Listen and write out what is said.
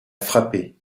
frappé